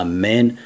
Amen